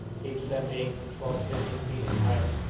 each of them being from twelve to fifteen feet in height.